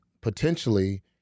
potentially